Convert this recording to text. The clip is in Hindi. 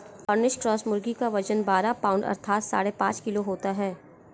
कॉर्निश क्रॉस मुर्गी का वजन बारह पाउण्ड अर्थात साढ़े पाँच किलो होता है